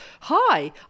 hi